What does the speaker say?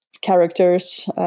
characters